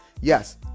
yes